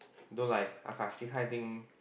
don't lie Akash these kind of thing